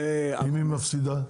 אם היא מפסידה?